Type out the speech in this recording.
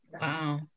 Wow